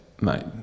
mate